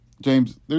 James